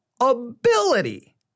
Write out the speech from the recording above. ability